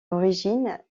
origine